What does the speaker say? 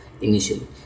initially